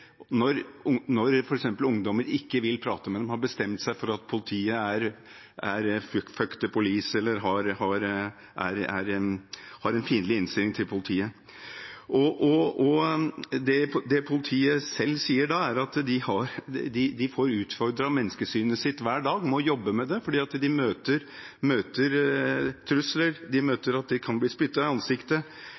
når f.eks. ungdommer ikke vil prate med dem, har bestemt seg for å ha en «fuck the police»-holdning eller har en fiendtlig innstilling til politiet. Det politiet selv sier da, er at de får utfordret menneskesynet sitt hver dag ved å jobbe med det, for de møter trusler, de kan bli spyttet i ansiktet, de møter til og med steinkasting. I